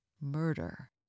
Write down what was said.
Murder